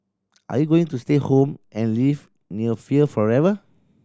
are you going to stay home and live near fear forever